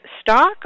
stock